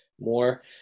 more